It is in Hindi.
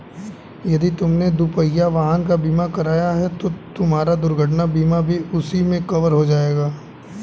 यदि तुमने दुपहिया वाहन का बीमा कराया है तो तुम्हारा दुर्घटना बीमा भी उसी में कवर हो जाएगा